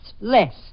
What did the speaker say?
less